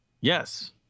Yes